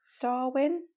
darwin